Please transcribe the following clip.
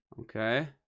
Okay